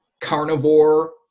carnivore